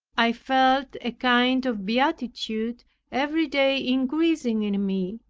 i felt a kind of beatitude every day increasing in me.